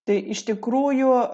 tai iš tikrųjų